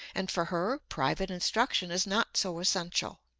and for her, private instruction is not so essential.